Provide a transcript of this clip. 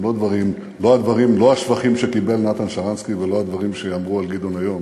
לא השבחים שקיבל נתן שרנסקי ולא הדברים שיאמרו על גדעון היום